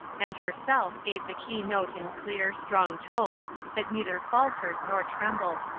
and herself gave the key-note in clear, strong tones that neither faltered nor trembled.